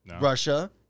Russia